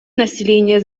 населения